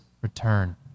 return